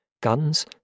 guns